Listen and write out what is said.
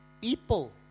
people